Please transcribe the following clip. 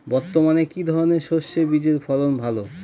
বর্তমানে কি ধরনের সরষে বীজের ফলন ভালো?